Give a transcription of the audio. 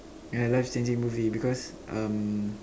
a life changing movie because um